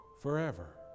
forever